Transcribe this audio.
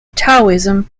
taoism